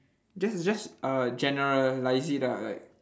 just just uh generalise it ah like